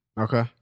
Okay